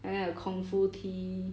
and then the kung fu tea